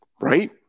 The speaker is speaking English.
right